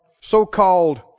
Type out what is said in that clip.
so-called